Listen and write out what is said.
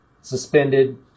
Suspended